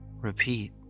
repeat